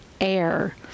air